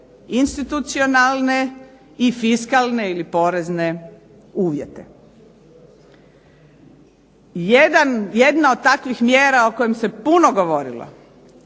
institucionalne i fiskalne ili porezne uvjete. Jedna od takvih mjera o kojim se puno govorilo